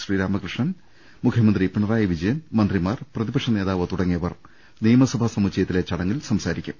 ശ്രീരാമകൃഷ്ണൻ മുഖ്യമന്ത്രി പിണറായി വിജയൻ മന്ത്രി മാർ പ്രതിപക്ഷനേതാവ് തുടങ്ങിയവർ നിയമസഭാ സമുച്ചയത്തിലെ ചട ങ്ങിൽ സംസാരിക്കും